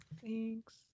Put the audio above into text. Thanks